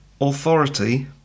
Authority